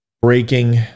breaking